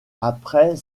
après